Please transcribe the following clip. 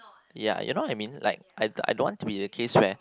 ya you know what I mean like I I don't want to be in the case where